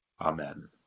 Amen